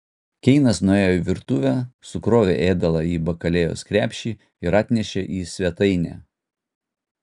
keinas nuėjo į virtuvę sukrovė ėdalą į bakalėjos krepšį ir atnešė į svetainę